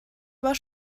war